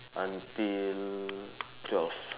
until twelve